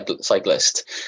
cyclist